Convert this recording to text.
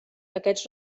aquests